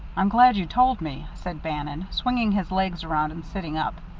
i'm glad you told me, said bannon, swinging his legs around and sitting up.